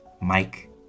Mike